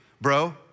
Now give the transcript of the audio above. bro